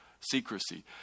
secrecy